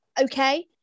okay